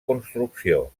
construcció